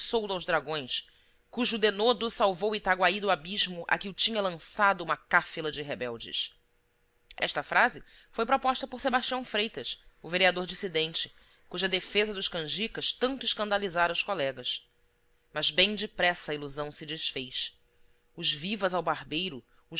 dragões cujo denodo salvou itaguaí do abismo a que o tinha lançado uma cáfila de rebeldes esta frase foi proposta por sebastião freitas o vereador dissidente cuja defesa dos canjicas tanto escandalizara os colegas mas bem depressa a ilusão se desfez os vivas ao barbeiro